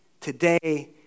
today